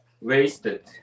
wasted